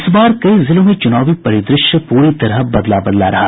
इस बार कई जिलों में चुनावी परिदृश्य पूरी तरह बदला बदला रहा